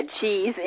cheese